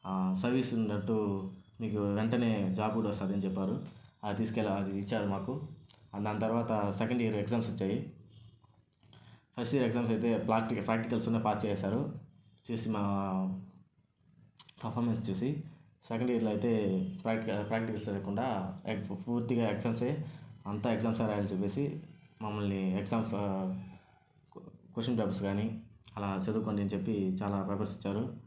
service ఉన్నట్టు మీకు వెంటనే జాబ్ కూడా వస్తాది అని చెప్పారు అది తీసుకెళ్లి ఇచ్చారు మాకు దాన్ని తర్వాత సెకండ్ ఇయర్ ఎగ్జామ్స్ వచ్చాయి ఫస్ట్ ఇయర్ ఎగ్జామ్స్ అయితే ప్రాక్టికల్ ప్రాక్టికల్స్లోనే పాస్ చేసేశారు చేసిన పర్ఫామెన్స్ చూసి సెకండ్ ఇయర్లో అయితే ప్రాక్టీ ప్రాక్టికల్స్ జరగకుండా పూర్తిగా ఎగ్జామ్స్సే అంతా ఎగ్జామ్స్ రాయాలి అని చెప్పేసి మమ్మల్ని ఎగ్జామ్స్ కోషన్ పేపర్స్ కాని అలా చదువుకొని అని చెప్పి అలా చాలా పేపర్స్ ఇచ్చారు